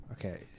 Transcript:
Okay